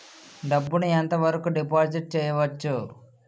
డబ్బు ను ఎంత వరకు డిపాజిట్ చేయవచ్చు?